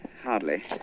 hardly